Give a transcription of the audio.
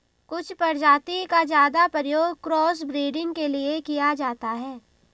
कुछ प्रजाति का ज्यादा प्रयोग क्रॉस ब्रीडिंग के लिए किया जाता है